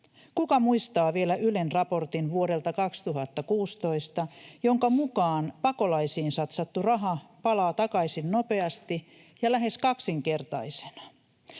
Kuka muistaa vielä Ylen raportin vuodelta 2016, minkä mukaan pakolaisiin satsattu raha palaa takaisin nopeasti ja lähes kaksinkertaisena?